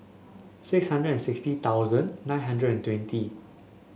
six hundred and sixty thousand nine hundred and twenty